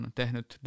tehnyt